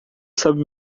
sabe